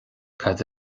cad